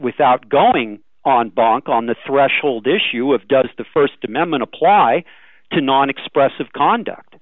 without going on bonk on the threshold issue of does the st amendment apply to non expressive conduct